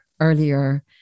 earlier